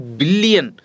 billion